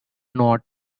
not